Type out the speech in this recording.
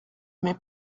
mais